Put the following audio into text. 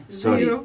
sorry